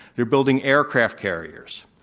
they're building aircraft carriers.